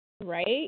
Right